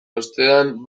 ostean